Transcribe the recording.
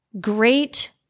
great